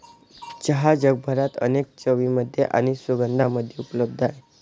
चहा जगभरात अनेक चवींमध्ये आणि सुगंधांमध्ये उपलब्ध आहे